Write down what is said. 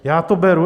Já to beru.